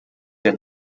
der